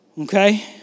Okay